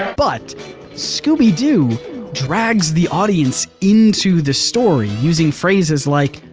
but scooby-doo drags the audience into the story using phrases like,